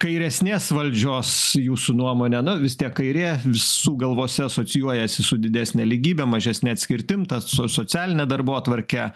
kairesnės valdžios jūsų nuomone nu vis tiek kairė visų galvose asocijuojasi su didesne lygybe mažesne atskirtim ta so socialine darbotvarke